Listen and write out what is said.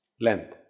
length